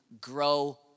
grow